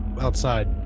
outside